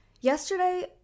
Yesterday